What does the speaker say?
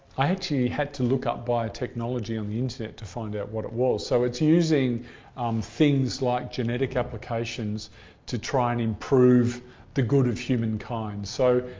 i actually had to look up biotechnology on the internet to find out what it was. so it's using um things like genetic applications to try and improve the good of humankind. so,